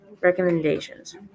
Recommendations